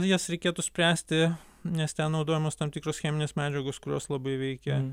jas reikėtų spręsti nes ten naudojamos tam tikros cheminės medžiagos kurios labai veikia